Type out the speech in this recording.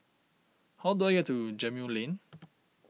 how do I get to Gemmill Lane